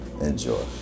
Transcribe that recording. Enjoy